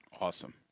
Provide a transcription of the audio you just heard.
Awesome